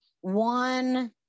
one